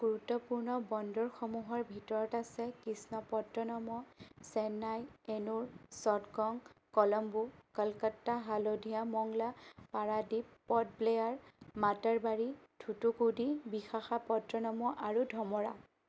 গুৰুত্বপূৰ্ণ বন্দৰসমূহৰ ভিতৰত আছে কৃষ্ণপট্টনম চেন্নাই এনোৰ চট্টগং কলম্বো কলকাতা হালধিয়া মংলা পাৰাদ্বীপ প'ৰ্ট ব্লেয়াৰ মাতাৰবাৰী থুথুকুডি বিশাখাপট্টনম আৰু ধমৰা